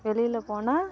வெளியில் போனால்